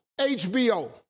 HBO